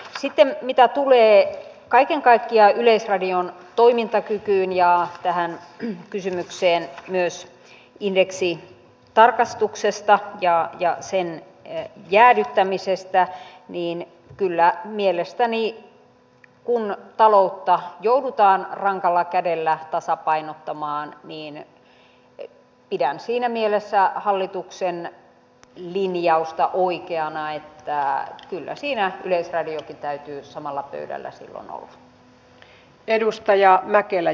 sitten mitä tulee kaiken kaikkiaan yleisradion toimintakykyyn ja tähän kysymykseen myös indeksitarkastuksesta ja sen jäädyttämisestä niin kyllä kun taloutta joudutaan rankalla kädellä tasapainottamaan pidän siinä mielessä hallituksen linjausta oikeana että kyllä siinä yleisradionkin täytyy samalla pöydällä silloin olla